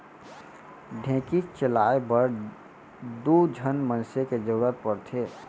ढेंकीच चलाए बर दू झन मनसे के जरूरत पड़थे